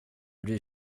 bryr